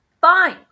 Fine